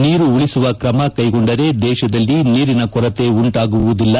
ನೀರು ಉಳಿಸುವ ಕ್ರಮ ಕೈಗೊಂಡರೆ ದೇಶದಲ್ಲಿ ನೀರಿನ ಕೊರತೆ ಉಂಟಾಗುವುದಿಲ್ಲ